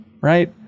right